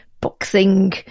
boxing